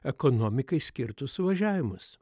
ekonomikai skirtus suvažiavimus